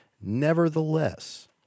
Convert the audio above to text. Nevertheless